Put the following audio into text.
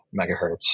megahertz